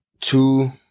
two